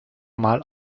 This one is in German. mal